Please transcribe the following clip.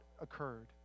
occurred